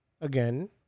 again